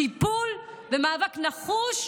טיפול ומאבק נחוש,